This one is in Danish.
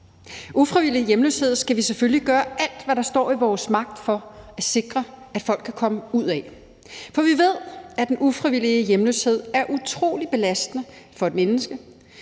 Ufrivillig hjemløshed skal vi selvfølgelig gøre alt, hvad der står i vores magt, for at sikre, at folk kan komme ud af, for vi ved, at den ufrivillige hjemløshed er utrolig belastende for et menneske.